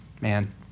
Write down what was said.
man